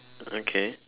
okay